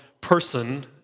person